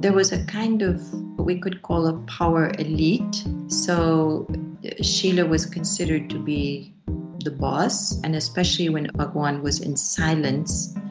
there was a kind of what we could call a power elite, so sheela was considered to be the boss, and especially when bhagwan was in silence.